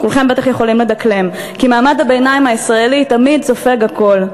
כולכם בטח יכולים לדקלם: כי מעמד הביניים הישראלי תמיד סופג הכול.